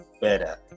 better